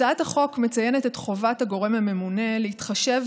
הצעת החוק מציינת את חובת הגורם הממונה להתחשב